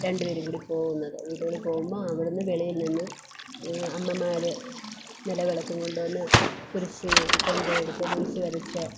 രണ്ടു പേരും കൂടി പോകുന്നതു വീടുകളിൽ പോകുമ്പോൾ അവിടെ നിന്നു വെളിയിൽ നിന്ന് അമ്മമാർ നിലവിളക്കും കൊണ്റ്റു വന്ന് കുരിശ് കൊന്ത എടുത്ത് കുരിശ് വരച്ച്